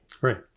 Right